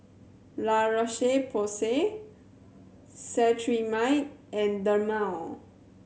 La Roche Porsay Cetrimide and Dermale